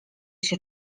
się